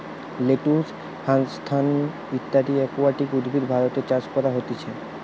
lettuce, হ্যাসান্থ ইত্যদি aquatic উদ্ভিদ ভারতে চাষ করা হতিছে